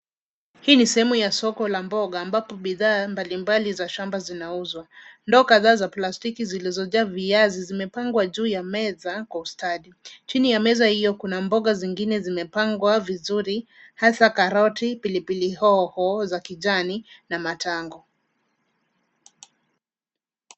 Hii ni sehemu ya soko la mboga ambapo bidhaa mbalimbali za shamba zinauzwa. Ndoo kadha za plastiki zilizojaa viazi zimepangwa juu ya meza kwa ustadi. Chini ya meza hiyo kuna mboga zingine zimepangwa vizuri hasa karoti, pilipili hoho za kijani na matango.